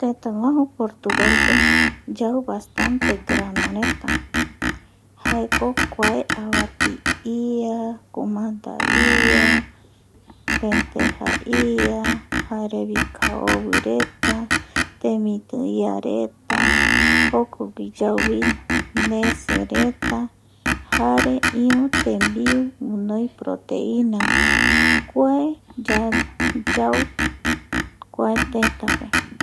Tetaguaju Portugalpe yau bastante granoreta jaeko kua avati ia kuamanda ia lenteja ia jarevi kaovireta temiti iareta jokogui yauvi nesereta jare iru tembiu guinoi proteina vae kua yau kua tetape